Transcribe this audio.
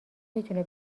میتونه